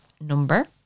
number